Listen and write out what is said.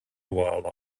while